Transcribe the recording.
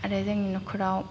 आरो जोंनि नख'राव